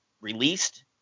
released